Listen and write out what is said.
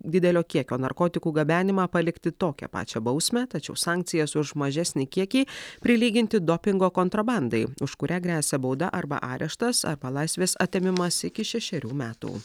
didelio kiekio narkotikų gabenimą palikti tokią pačią bausmę tačiau sankcijas už mažesnį kiekį prilyginti dopingo kontrabandai už kurią gresia bauda arba areštas arba laisvės atėmimas iki šešerių metų